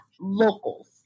locals